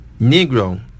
Negro